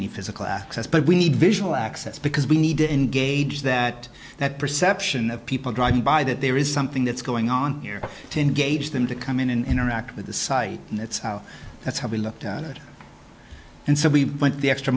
any physical access but we need visual access because we need to engage that that perception of people driving by that there is something that's going on here to engage them to come in and interact with the site and that's how that's how we looked at it and so we went the extra